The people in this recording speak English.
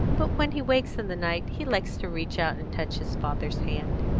but when he wakes in the night he likes to reach out and touch his father's hand.